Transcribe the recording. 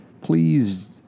Please